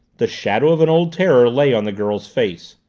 the shadow of an old terror lay on the girl's face,